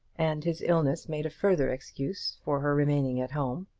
and his illness made a further excuse for her remaining at home.